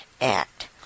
Act